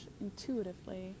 intuitively